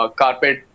carpet